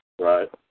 Right